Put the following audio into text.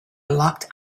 locked